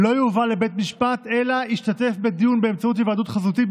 לא יובא לבית משפט אלא ישתתף בדיון באמצעות היוועדות חזותית,